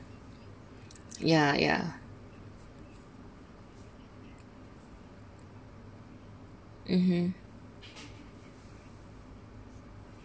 ya ya mmhmm